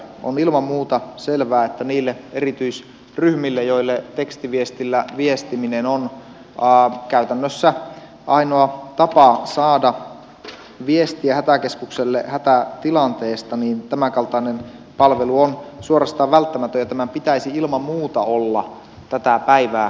on ilman muuta selvää että niille erityisryhmille joille tekstiviestillä viestiminen on käytännössä ainoa tapa saada viestiä hätäkeskukselle hätätilanteesta tämänkaltainen palvelu on suorastaan välttämätön ja tämän pitäisi ilman muuta olla tätä päivää